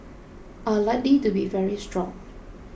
are likely to be very strong